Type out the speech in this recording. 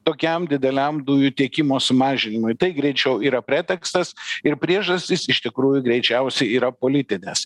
tokiam dideliam dujų tiekimo sumažinimui tai greičiau yra pretekstas ir priežastys iš tikrųjų greičiausiai yra politinės